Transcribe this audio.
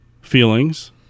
feelings